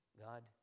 God